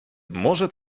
może